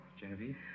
Genevieve